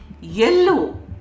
yellow